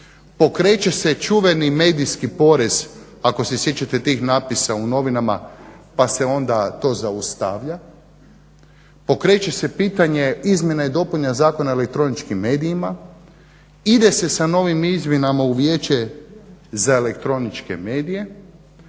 pokreće se čuveni medijski porez ako se sjećate tih napisa u novinama pa se onda to zaustavlja, pokreće se pitanje izmjena i dopuna Zakona o elektroničkim medijima, ide se sa novim izmjenama u Vijeće za elektroničke medije,